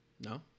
No